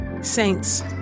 Saints